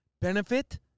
benefit